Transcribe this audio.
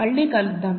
మళ్ళీ కలుద్దాం